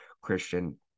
Christian